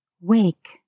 wake